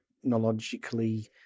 technologically